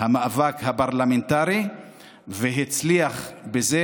המאבק הפרלמנטרי והצליח בזה,